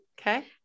Okay